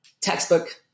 Textbook